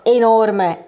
enorme